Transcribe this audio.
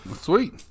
Sweet